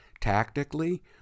Tactically